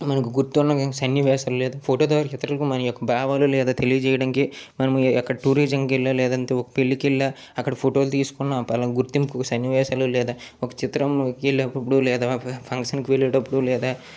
మనకు గుర్తున్న సన్నివేశాలు లేదా ఫోటో ద్వారా ఇతరులకు మన యొక్క భావాలు లేదా తెలియచేయటానికి మనము ఎక్కడ టూరిజంకి వెళ్ళినా లేదా పెళ్లికి వెళ్ళినా అక్కడ ఫొటోలు తీసుకున్నా పాలన గుర్తింపు సన్నివేశాలు లేదా ఒక చిత్రంకి వెళ్ళినప్పుడు లేదా ఫంక్షన్కి వెళ్ళేటప్పుడు లేదా